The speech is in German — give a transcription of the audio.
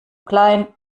klein